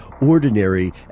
ordinary